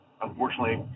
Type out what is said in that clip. unfortunately